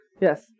Yes